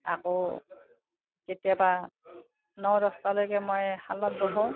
আকৌ কেতিয়াবা ন দহটালৈকে মই শালত বহোঁ